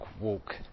walk